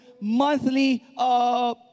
monthly